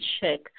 check